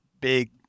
big